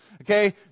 Okay